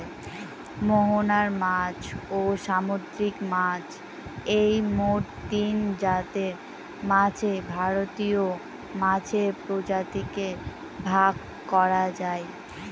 মোহনার মাছ, ও সামুদ্রিক মাছ এই মোট তিনজাতের মাছে ভারতীয় মাছের প্রজাতিকে ভাগ করা যায়